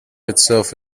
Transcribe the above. itself